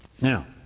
Now